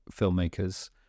filmmakers